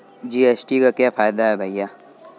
GST का क्या फायदा है भैया?